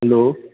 hello